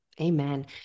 amen